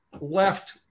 left